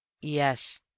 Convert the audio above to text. Yes